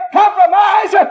compromise